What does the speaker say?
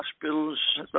hospitals